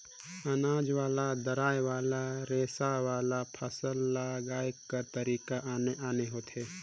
अनाज वाला, दायर वाला, रेसा वाला, फसल लगाए कर तरीका आने आने होथे